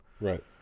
right